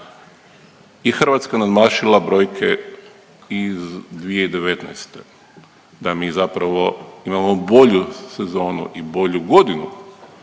i Hrvatska nadmašila brojke iz 2019., da mi zapravo imamo bolju sezonu i bolju godinu,